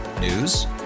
News